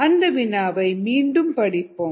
அந்த வினாவை மீண்டும் படிப்போம்